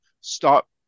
stop